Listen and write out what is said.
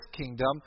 kingdom